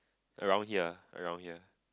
around here around here